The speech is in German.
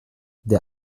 der